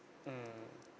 mmhmm